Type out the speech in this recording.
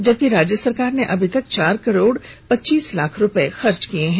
इसमें से राज्य सरकार ने अभी तक चार करोड़ पच्चीस लाख रुपए ही खर्च किए हैं